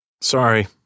Sorry